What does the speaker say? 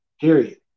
period